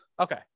okay